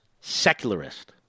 secularist